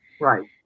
Right